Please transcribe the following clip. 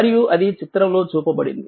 మరియు అది చిత్రంలో చూపబడింది